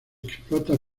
explota